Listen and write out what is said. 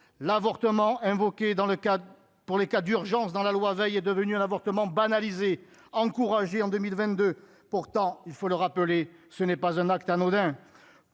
l'avortement invoqué dans le cas pour les cas d'urgence dans la loi Veil est devenu un avortement encourager en 2022 pourtant, il faut le rappeler, ce n'est pas un acte anodin,